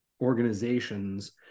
organizations